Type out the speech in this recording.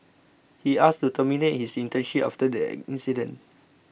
he asked to terminate his internship after the incident